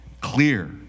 clear